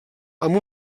amb